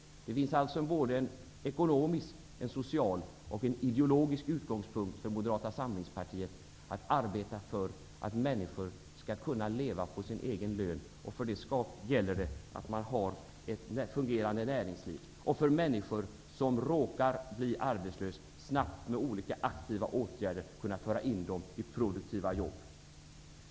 Det finns alltså en ekonomisk, en social och en ideologisk utgångspunkt för Moderata samlingspartiet att arbeta för att människor skall kunna leva på sin egen lön. Då gäller det att man har ett fungerande näringsliv. För människor som råkar bli arbetslösa gäller det att man snabbt med olika aktiva åtgärder för in dem i produktiva jobb.